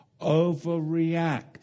overreact